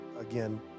again